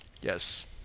Yes